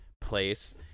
place